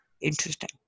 interesting